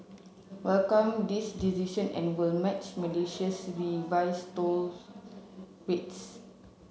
welcome this decision and will match Malaysia's revise toll rates